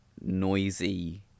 noisy